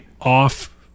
off